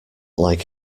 like